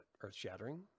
earth-shattering